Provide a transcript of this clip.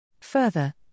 Further